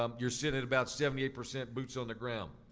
um you're sitting at about seventy eight percent boots on the ground.